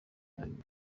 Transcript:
babiri